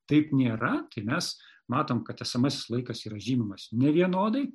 taip nėra tai mes matom kad esamasis laikas yra žymimas nevienodai